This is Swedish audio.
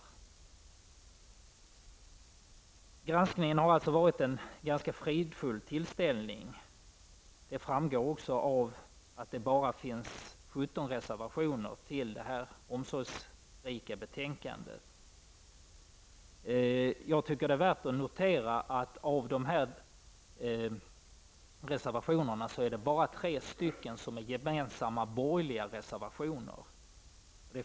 Granskningen har alltså varit en ganska fridfull tillställning. Det framgår också av att det finns endast 17 reservationer fogade till detta omsorgsfulla betänkande. Jag tycker att det är värt att notera att det av dessa reservationer bara är tre som är gemensamma borgerliga reservationer.